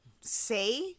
say